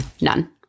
None